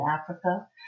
Africa